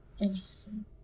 Interesting